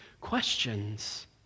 questions